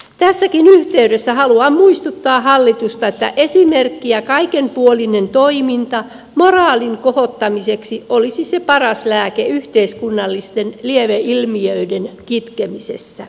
tässäkin yhteydessä haluan muistuttaa hallitusta että esimerkki ja kaikenpuolinen toiminta moraalin kohottamiseksi olisi se paras lääke yhteiskunnallisten lieveilmiöiden kitkemisessä